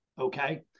Okay